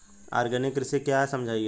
Organic कृषि क्या है समझाइए?